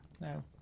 No